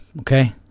okay